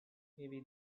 maybe